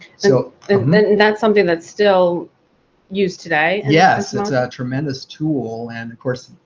so and that's something that's still used today? yes, it's a tremendous tool. and of course,